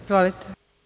Izvolite.